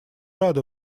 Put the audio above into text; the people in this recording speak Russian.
рады